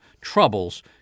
troubles